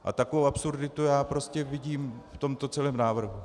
A takovou absurditu já prostě vidím v tomto celém návrhu.